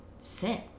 sit